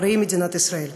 הלוא היא מדינת ישראל.